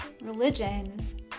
religion